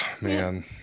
man